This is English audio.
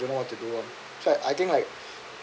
don't know what to do ah so I think like